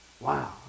Wow